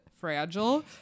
fragile